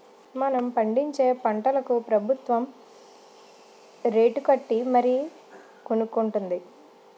మనం పండించే పంటలకు ప్రబుత్వం రేటుకట్టి మరీ కొనుక్కొంటుంది